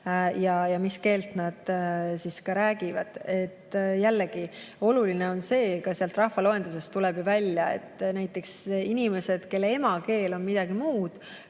ja mis keelt nad räägivad. Jällegi, oluline on see, ka sealt rahvaloendusest tuleb ju välja, et näiteks inimesed, kelle emakeel on midagi muud,